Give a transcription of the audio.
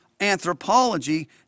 anthropology